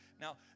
Now